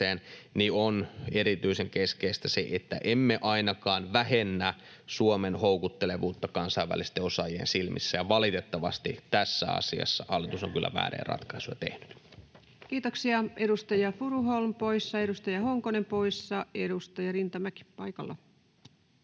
On erityisen keskeistä se, että emme ainakaan vähennä Suomen houkuttelevuutta kansainvälisten osaajien silmissä. Valitettavasti tässä asiassa hallitus on kyllä vääriä ratkaisuita tehnyt. [Speech 167] Speaker: Ensimmäinen varapuhemies Paula Risikko Party: